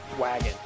Wagon